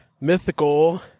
Mythical